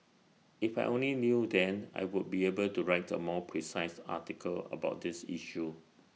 if I only knew then I would be able to write A more precise article about this issue